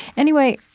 anyway,